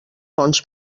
fonts